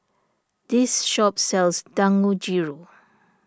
this shop sells Dangojiru